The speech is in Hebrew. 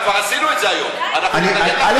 כבר עשינו את זה היום, אני אבדוק.